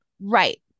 Right